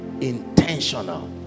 intentional